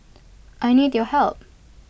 I need your help